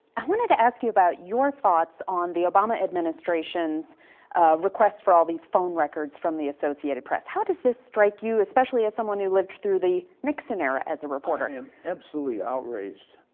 i wanted to ask you about your thoughts on the obama administration's request for all these phone records from the associated press. how does this strike you, especially as someone who lived through the nixon era as a reporter. absolutely outraged.